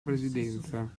presidenza